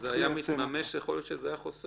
אם זה היה מתממש, יכול להיות שזה היה חוסך